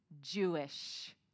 Jewish